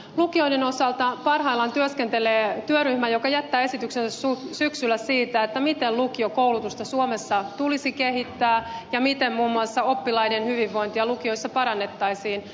lukioiden osalta parhaillaan työskentelee työryhmä joka jättää esityksensä syksyllä siitä miten lukiokoulutusta suomessa tulisi kehittää ja miten muun muassa oppilaiden hyvinvointia lukioissa parannettaisiin